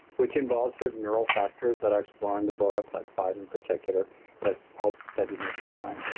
which involves certain neural factors that are exploring the book, like five in particular that's helped steadiness of mind.